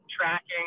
tracking